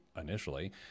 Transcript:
initially